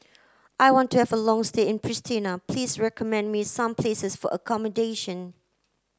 I want to have a long stay in Pristina please recommend me some places for accommodation